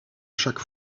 chaque